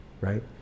right